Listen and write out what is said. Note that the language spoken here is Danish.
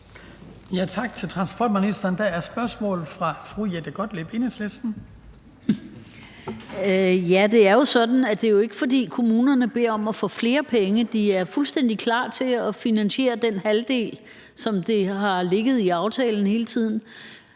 Jette Gottlieb (EL): Det er jo ikke, fordi kommunerne beder om at få flere penge. De er fuldstændig klar til at finansiere den halvdel, sådan som det hele tiden